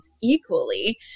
equally